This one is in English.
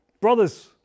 Brothers